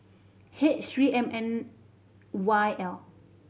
H Three M N Y L